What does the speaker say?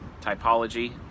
typology